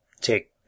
take